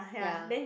ya